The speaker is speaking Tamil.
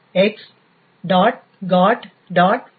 plt libmylib pic